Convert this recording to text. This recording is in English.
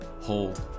hold